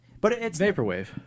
Vaporwave